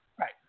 Right